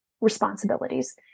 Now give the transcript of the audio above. responsibilities